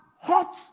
hot